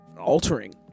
altering